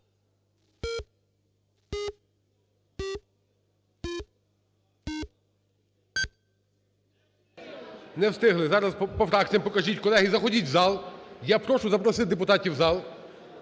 Не встигли. Зараз по фракціям покажіть. Колеги, заходіть в зал, я прошу запросити депутатів в зал.